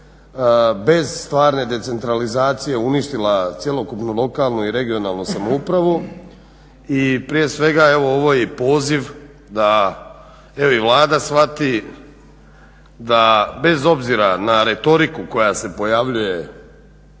bez stvarne decentralizacije uništila cjelokupnu lokalnu i regionalnu samoupravu. I prije svega evo ovo je i poziv da evo i Vlada shvati da bez obzira na retoriku koja se pojavljuje